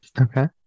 Okay